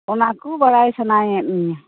ᱚᱱᱟ ᱠᱚ ᱵᱟᱲᱟᱭ ᱥᱟᱱᱟᱭᱮᱫ ᱢᱮᱭᱟ